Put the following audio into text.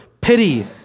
pity